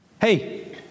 Hey